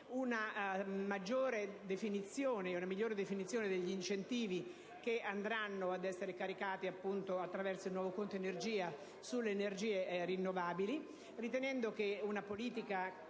una migliore definizione degli incentivi che saranno caricati attraverso il nuovo conto energia sulle energie rinnovabili, ritenendo che una politica